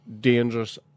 dangerous